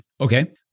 Okay